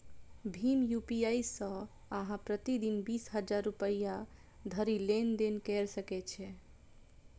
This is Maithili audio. भीम यू.पी.आई सं अहां प्रति दिन बीस हजार रुपैया धरि लेनदेन कैर सकै छी